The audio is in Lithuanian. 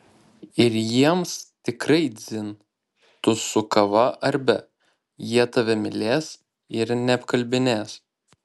ir jiems tikrai dzin tu su kava ar be jie tave mylės ir neapkalbinės